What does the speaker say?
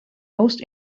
most